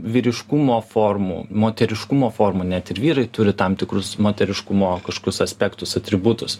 vyriškumo formų moteriškumo formų net ir vyrai turi tam tikrus moteriškumo kažkokius aspektus atributus